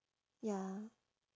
ya